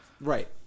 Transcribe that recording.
Right